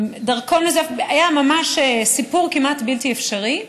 זה היה ממש סיפור כמעט בלתי אפשרי,